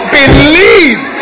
believe